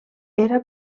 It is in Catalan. era